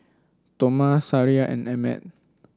Toma Sariah and Emmet